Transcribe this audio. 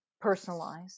personalized